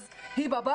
אז היא בבית.